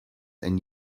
and